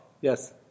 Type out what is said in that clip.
Yes